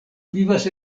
vivas